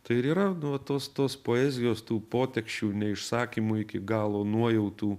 tai ir yra nu va tos tos poezijos tų poteksčių neišsakymų iki galo nuojautų